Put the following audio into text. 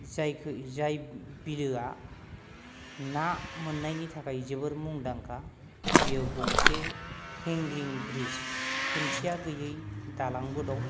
जायखौ जाय बिलोआ ना मोननायनि थाखाय जोबोर मुंदांखा बेयाव गंसे हेंगिं ब्रिज खुन्थिया गैयै दालांबो दं